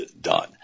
done